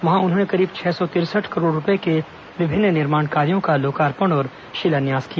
वहां उन्होंने करीब छह सौ तिरसठ करोड़ रूपये के विभिन्न निर्माण कार्यों का लोकार्पण और शिलान्यास किया